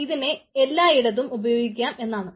അതിനർത്ഥം ഇതിനെ എല്ലായിടത്തും ഉപയോഗിക്കാം എന്നാണ്